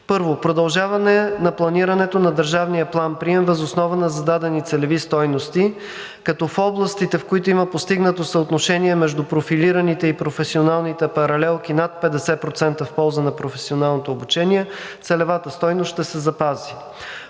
Първо, продължаване на планирането на държавния план прием въз основа на зададени целеви стойности, като в областите, в които има постигнато съотношение между профилираните и професионалните паралелки над 50% в полза на професионалното обучение, целевата стойност ще се запази.